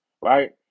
Right